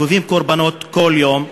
גובות קורבנות כל יום,